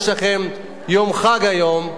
יש לכם יום חג היום,